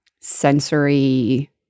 sensory